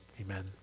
Amen